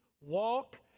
Walk